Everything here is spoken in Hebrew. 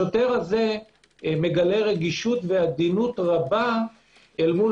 השוטר הזה מגלה רגישות ועדינות רבה אל מול